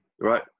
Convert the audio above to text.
right